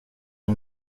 bwa